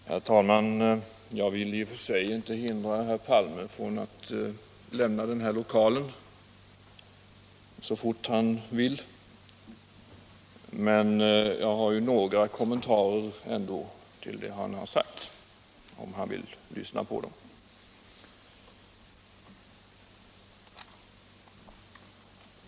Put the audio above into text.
Herr talman! Jag kan i och för sig inte hindra herr Palme från att lämna den här lokalen så fort han vill. Men jag har ändå några kommentarer till det han har sagt, om han vill lyssna på dem.